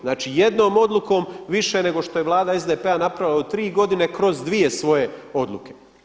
Znači, jednom odlukom više nego što je Vlada SDP-a napravila u tri godine kroz dvije svoje odluke.